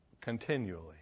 Continually